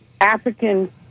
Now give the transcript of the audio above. African